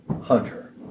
Hunter